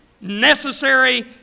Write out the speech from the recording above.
necessary